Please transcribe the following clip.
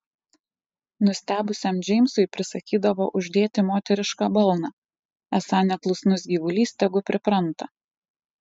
nustebusiam džeimsui prisakydavo uždėti moterišką balną esą neklusnus gyvulys tegu pripranta